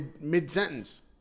mid-sentence